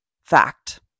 fact